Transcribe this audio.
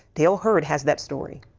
dale hurd has that story.